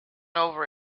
over